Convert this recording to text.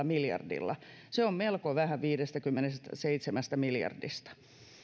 miljardilla se on melko vähän viidestäkymmenestäseitsemästä miljardista